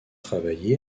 travaillé